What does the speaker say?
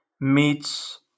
meets